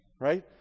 Right